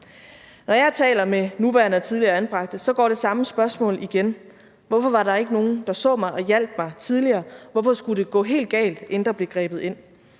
Når jeg taler med nuværende og tidligere anbragte, går det samme spørgsmål igen: Hvorfor var der ikke nogen, der så mig og hjalp mig tidligere, hvorfor skulle det gå helt galt, inden der blev grebet ind?